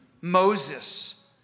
Moses